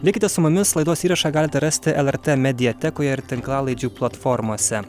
likite su mumis laidos įrašą galite rasti lrt mediatekoje ir tinklalaidžių platformose